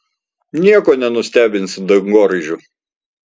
nieko nenustebinsi dangoraižiu